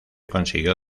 consiguió